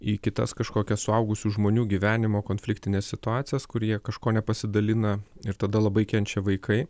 į kitas kažkokias suaugusių žmonių gyvenimo konfliktines situacijas kurie kažko nepasidalina ir tada labai kenčia vaikai